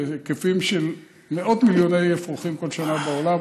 אלו היקפים של מאות מיליוני אפרוחים כל שנה בעולם,